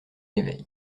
éveil